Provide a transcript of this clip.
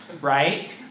right